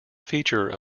feature